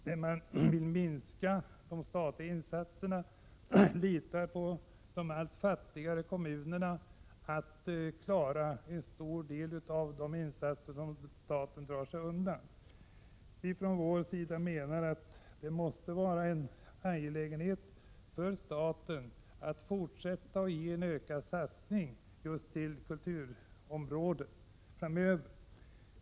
De vill minska de statliga insatserna och litar på att de allt fattigare kommunerna klarar en stor del av de insatser som moderaterna vill att staten skall dra sig undan. Vii centern anser att det måste vara en angelägenhet för staten att göra ökade satsningar på just kulturområdet.